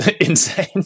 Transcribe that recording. insane